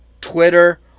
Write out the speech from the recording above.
Twitter